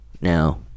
now